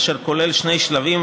אשר כולל שני שלבים,